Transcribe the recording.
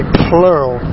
plural